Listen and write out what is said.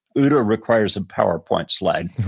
ooda requires a powerpoint slide.